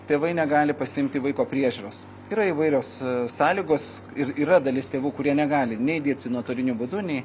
tėvai negali pasiimti vaiko priežiūros yra įvairios sąlygos ir yra dalis tėvų kurie negali nei dirbti nuotoliniu būdu nei